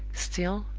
still,